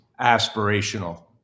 aspirational